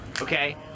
okay